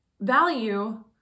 Value